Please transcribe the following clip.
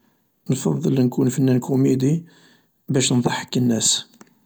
نفضل نكون فنان كوميدي باش نضحك الناس.